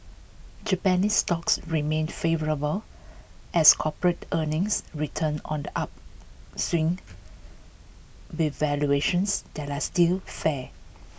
Japanese stocks remain favourable as corporate earnings return on the upswing with valuations that are still fair